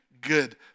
good